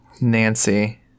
nancy